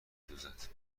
دوزد